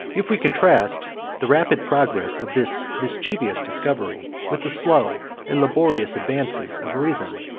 if we contrast the rapid progress of this mischievous discovery with the slow and laborious advances of reason,